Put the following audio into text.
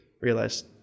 realized